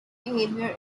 behavior